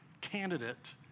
candidate